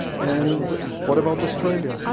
and what about australia?